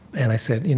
and i said, you know